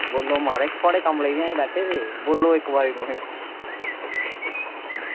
बोलो म्हाराज थुआढ़े कम्म लेई ते बैठे दे बोलो इक्क बार